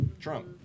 Trump